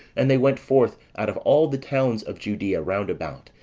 and they went forth out of all the towns of judea round about,